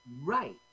Right